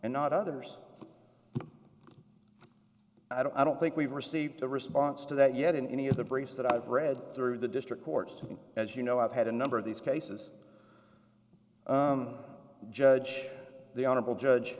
and not others i don't think we've received a response to that yet in any of the briefs that i've read through the district courts to me as you know i've had a number of these cases judge the honorable judge